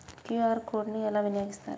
QR code ని ఎలా వినియోగిస్తారు?